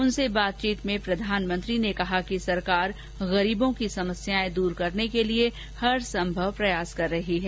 उनसे बातचीत में प्रधानमंत्री ने कहा कि सरकार गरीबों की समस्यायें दूर करने के लिये हर संभव कार्य कर रही है